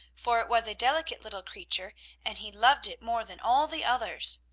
for it was a delicate little creature and he loved it more than all the others.